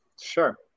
Sure